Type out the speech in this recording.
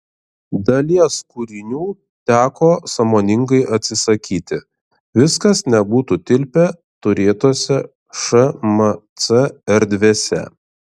dalies kūrinių teko sąmoningai atsisakyti viskas nebūtų tilpę turėtose šmc erdvėse